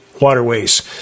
waterways